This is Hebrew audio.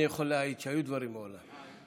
אני יכול להעיד שהיו דברים מעולם.